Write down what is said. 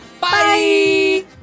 bye